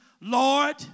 Lord